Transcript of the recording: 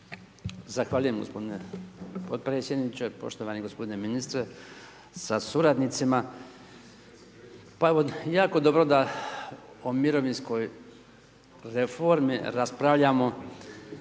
Zahvaljujem gospodine potpredsjedniče, poštovani ministre sa suradnicima. Pa, evo jako dobro o mirovinskoj reformi raspravljamo